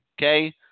Okay